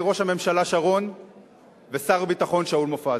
ראש הממשלה שרון ושר הביטחון שאול מופז.